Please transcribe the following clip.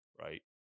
right